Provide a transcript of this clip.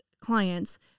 clients